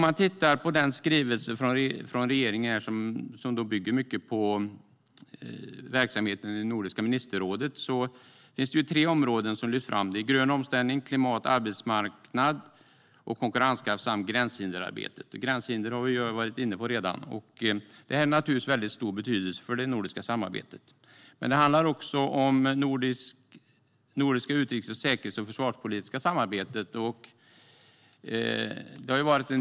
I den skrivelse från regeringen som bygger mycket på verksamheten i Nordiska ministerrådet lyfts tre områden fram: grön omställning och klimat, arbetsmarknad och konkurrenskraft samt gränshinderarbetet. Gränshinder har vi varit inne på redan, och det har naturligtvis väldigt stor betydelse för det nordiska samarbetet. Det handlar också om det nordiska utrikes-, säkerhets och försvarspolitiska samarbetet.